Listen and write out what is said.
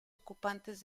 ocupantes